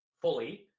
fully